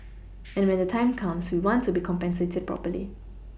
and when the time comes we want to be compensated properly